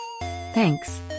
Thanks